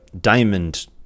diamond